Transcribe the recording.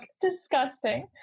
disgusting